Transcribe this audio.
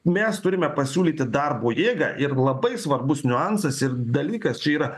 mes turime pasiūlyti darbo jėgą ir labai svarbus niuansas ir dalykas čia yra